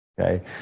Okay